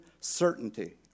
certainty